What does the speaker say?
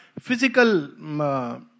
physical